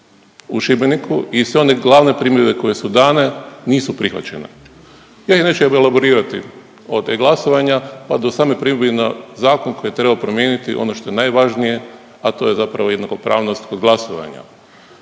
u Šibeniku i one glavne primjedbe koje su dane nisu prihvaćene. Ja ih neću elaborirati, od e glasovanja pa do same primjedbe na zakon koji je trebao promijeniti ono što je najvažnije, a to je zapravo jednakopravnost kod glasovanja.